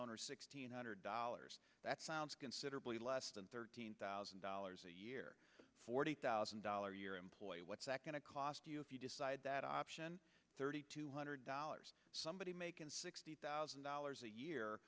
owner six hundred dollars that sounds considerably less than thirteen thousand dollars a year forty thousand dollars a year employee what's that going to cost you if you decide that option thirty two hundred dollars somebody make and sixty thousand dollars a year